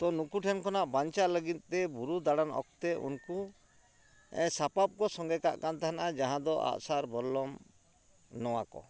ᱛᱚ ᱱᱩᱠᱩ ᱴᱷᱮᱱ ᱠᱷᱚᱱᱟᱜ ᱵᱟᱧᱪᱟᱜ ᱞᱟᱹᱜᱤᱫ ᱛᱮ ᱵᱩᱨᱩ ᱫᱟᱬᱟᱱ ᱚᱠᱛᱮ ᱩᱱᱠᱩ ᱮᱻ ᱥᱟᱯᱟᱵ ᱠᱚ ᱥᱚᱸᱜᱮ ᱠᱟᱜ ᱛᱟᱦᱮᱸᱱᱟ ᱡᱟᱦᱟᱸ ᱫᱚ ᱟᱜᱼᱥᱟᱨ ᱵᱚᱞᱞᱟᱢ ᱱᱚᱣᱟ ᱠᱚ